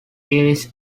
irish